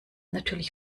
natürlich